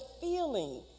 feeling